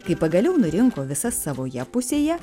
kai pagaliau nurinko visas savoje pusėje